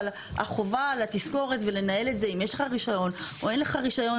אבל החובה לתזכורת ולנהל את זה אם יש לך רישיון או אין לך רישיון,